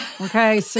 Okay